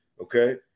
Okay